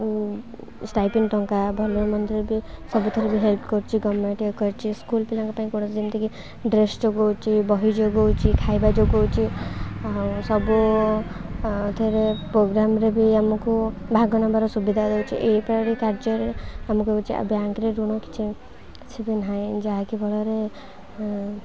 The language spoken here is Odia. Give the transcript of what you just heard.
ଷ୍ଟାଇପେନ୍ ଟଙ୍କା ଭଲ ମନ୍ଦରେ ବି ସବୁଥିରେ ହେଲ୍ପ କରୁଛି ଗଭ୍ମେଣ୍ଟ ଇଏ କରିଛି ସ୍କୁଲ୍ ପିଲାଙ୍କ ପାଇଁ କୌଣସି ଯେମିତିକି ଡ୍ରେସ୍ ଯୋଗାଉଛି ବହି ଯୋଗଉଛି ଖାଇବା ଯୋଗାଉଛି ଆଉ ସବୁଥିରେ ପ୍ରୋଗ୍ରାମ୍ରେ ବି ଆମକୁ ଭାଗ ନେବାର ସୁବିଧା ଦେଉଛି ଏହିପରି କାର୍ଯ୍ୟରେ ଆମକୁ ହେଉଛି ଆଉ ବ୍ୟାଙ୍କରେ ଋଣ କିଛି କିଛି ବି ନାହିଁ ଯାହାକି ଫଳରେ